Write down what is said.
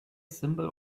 symbol